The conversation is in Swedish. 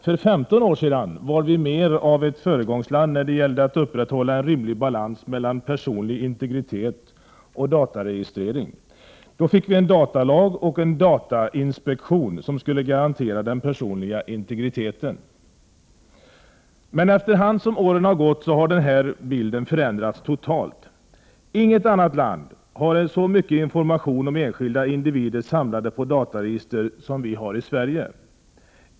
För 15 år sedan var Sverige ett föregångsland när det gällde att upprätthålla en rimlig balans mellan personlig integritet och dataregistrering. Vi fick då en datalag och en datainspektion som skulle garantera den personliga integriteten. Efterhand som åren har gått har bilden emellertid totalt förändrats. Inget annat land har så mycket information om enskilda individer samlade på dataregister som vi har i Sverige.